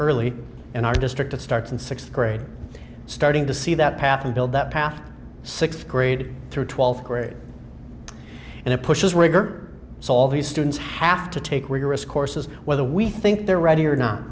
early in our district it starts in sixth grade starting to see that path and build that path sixth grade through twelfth grade and it pushes rigor so all the students have to take rigorous courses whether we think they're ready or not